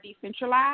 decentralized